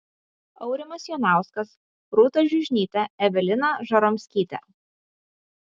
aurimas jonauskas rūta žiužnytė evelina žaromskytė